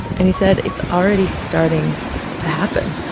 and he said it's already starting to happen.